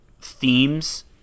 themes